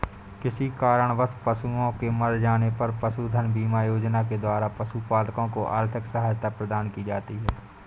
किसी कारणवश पशुओं के मर जाने पर पशुधन बीमा योजना के द्वारा पशुपालकों को आर्थिक सहायता प्रदान की जाती है